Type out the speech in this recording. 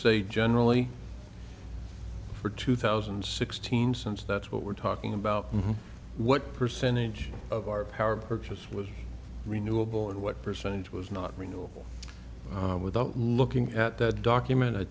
say generally for two thousand and sixteen since that's what we're talking about what percentage of our power purchase was renewable and what percentage was not renewable without looking at that document